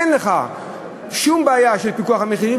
אין לך שום בעיה של פיקוח על מחירים,